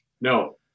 No